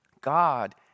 God